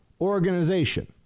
Organization